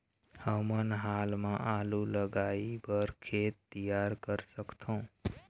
हमन हाल मा आलू लगाइ बर खेत तियार कर सकथों?